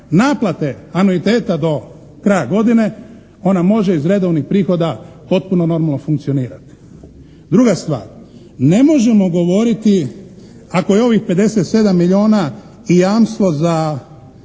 naplate anuiteta do kraja godine, ona može iz redovnih prihoda potpuno normalno funkcionirati. Druga stvar, ne možemo govoriti ako je ovih 57 milijuna i jamstvo za